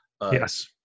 Yes